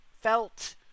felt